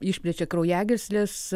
išplečia kraujagysles